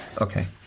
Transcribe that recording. Okay